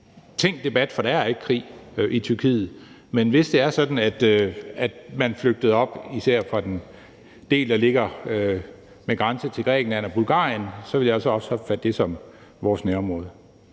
tænkt debat, for der er ikke krig i Tyrkiet, men hvis det var sådan, at man flygtede især fra den del, der ligger med grænse til Grækenland og Bulgarien, så ville jeg også opfatte det som vores nærområde.